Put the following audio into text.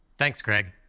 thanks, craig.